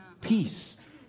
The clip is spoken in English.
Peace